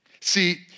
See